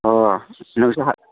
अह नोंसो